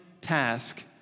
task